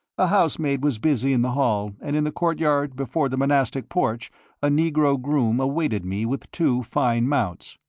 a housemaid was busy in the hall, and in the courtyard before the monastic porch a negro groom awaited me with two fine mounts.